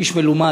איש מלומד.